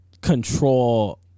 control